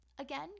Again